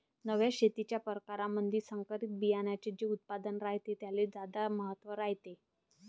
नव्या शेतीच्या परकारामंधी संकरित बियान्याचे जे उत्पादन रायते त्याले ज्यादा महत्त्व रायते